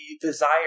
desire